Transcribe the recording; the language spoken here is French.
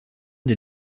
des